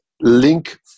link